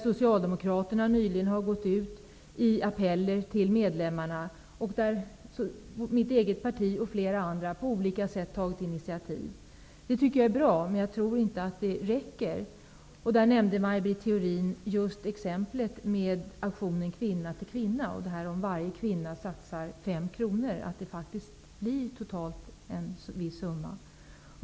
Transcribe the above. Socialdemokraterna har nyligen gått ut i appeller till medlemmarna, och mitt eget parti -- och flera andra -- har på olika sätt tagit initiativ. Det är bra, men jag tror inte att det räcker. Maj Britt Theorin nämnde exemplet med aktionen Kvinna till kvinna: om varje kvinna satsar 5 kronor blir det faktiskt totalt en viss summa.